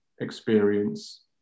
experience